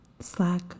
Slack